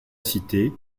cité